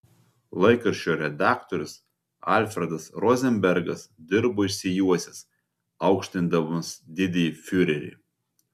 laikraščio redaktorius alfredas rozenbergas dirbo išsijuosęs aukštindamas didįjį fiurerį